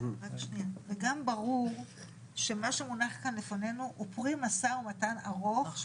וגם ברור שמה שמונח כאן לפנינו הוא פרי משא ומתן ארוך,